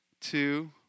Two